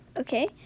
okay